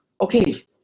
Okay